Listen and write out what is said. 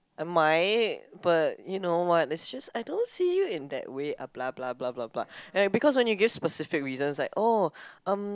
I might but you know what it's just I don't see you in that way ah blah blah blah blah blah and because when you give specific reasons like oh